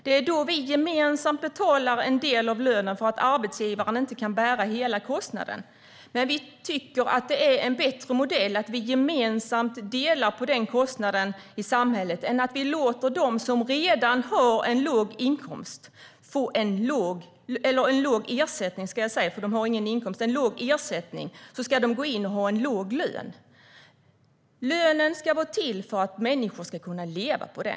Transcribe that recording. Det är då vi gemensamt betalar en del av lönen för att arbetsgivaren inte kan bära hela kostnaden. Vi tycker att det är en bättre modell att vi gemensamt delar på den kostnaden i samhället än att vi låter dem som redan har en låg inkomst - eller låg ersättning, ska jag säga, för de har ingen inkomst - gå in och ha en låg lön. Lönen ska vara till för att människor ska kunna leva på den.